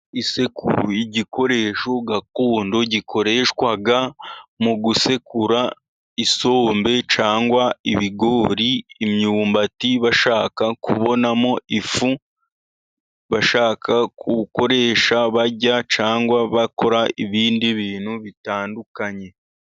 Isekuru, igikoresho gakondo gikoreshwa mu gusekura isombe, cyangwa ibigori, imyumbati, bashaka kubonamo ifu. Bashaka gukoresha barya cyangwa bakora ibindi bintu bitandukanye.